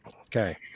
okay